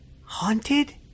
Haunted